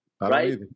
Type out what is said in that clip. right